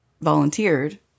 volunteered